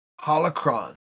holocron